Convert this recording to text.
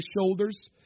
shoulders